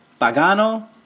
Pagano